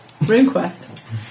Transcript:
RuneQuest